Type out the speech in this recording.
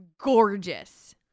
gorgeous